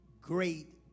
great